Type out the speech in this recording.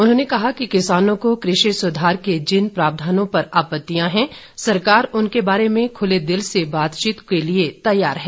उन्होंने कहा कि किसानों को कृषि सुधार के जिन प्रावधानों पर आपत्तियां हैं सरकार उनके बारे में खुले दिल से बातचीत करने को तैयार है